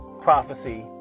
prophecy